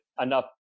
enough